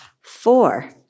Four